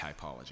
typology